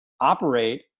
operate